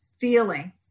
feeling